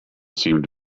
seemed